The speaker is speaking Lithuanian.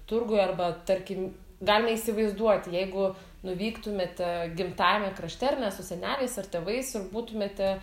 turguj arba tarkim galime įsivaizduoti jeigu nuvyktumėte gimtajame krašte ar ne su seneliais ar tėvais ir būtumėte